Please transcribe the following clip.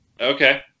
okay